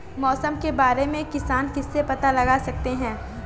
मौसम के बारे में किसान किससे पता लगा सकते हैं?